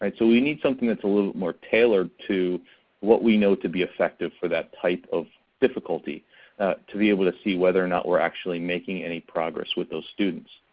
and so we need something that's a little bit more tailored to what we know to be effective for that type of difficulty to be able to see whether or not we're actually making any progress with those students.